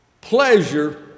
pleasure